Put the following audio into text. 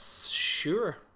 sure